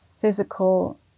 physical